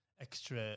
extra